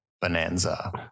bonanza